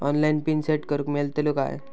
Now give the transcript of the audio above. Online pin set करूक मेलतलो काय?